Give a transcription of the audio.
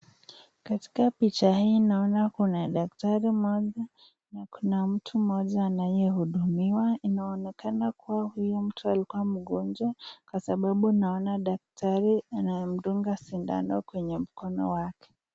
Katika picha hii naona kuna daktari mmoja na kuna mtu anayehudumiwa. Inaonekana kuwa huyo mtu alikuwa mgonjwa kwa sababu naona daktari anamdunga sindano kwenye mkono wake.